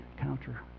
counter